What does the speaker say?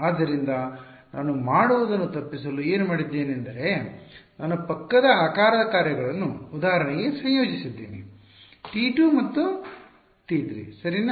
ಆದ್ದರಿಂದ ನಾನು ಮಾಡುವುದನ್ನು ತಪ್ಪಿಸಲು ಏನು ಮಾಡಿದ್ದೇನೆ ಎಂದರೆ ನಾನು ಪಕ್ಕದ ಆಕಾರದ ಕಾರ್ಯಗಳನ್ನು ಉದಾಹರಣೆಗೆ ಸಂಯೋಜಿಸಿದ್ದೇನೆ T2 ಮತ್ತು T3 ಸರಿನಾ